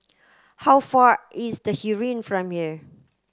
how far is the Heeren from here